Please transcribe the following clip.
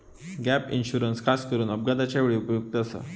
gap insurance खासकरून अपघाताच्या वेळी उपयुक्त आसा